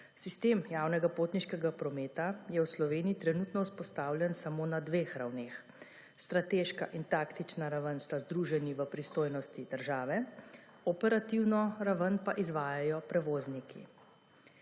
Sistem javnega potniškega prometa je v Sloveniji trenutno vzpostavljen samo na 2 ravneh, strateška in taktična raven sta združeni v pristojnosti države, operativno raven pa izvajajo prevozniki.